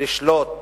לשלוט